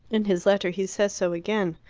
in his letter he says so again.